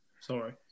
Sorry